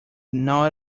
not